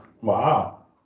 Wow